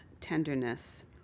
tenderness